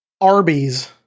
Arby's